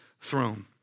throne